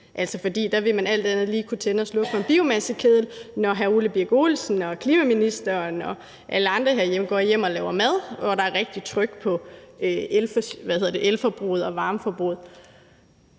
for der vil man alt andet lige kunne tænde og slukke for en biomassekedel, når hr. Ole Birk Olesen og klimaministeren og alle andre herinde går hjem og laver mad, hvor der er rigtig tryk på elforbruget og varmeforbruget.